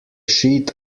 sheet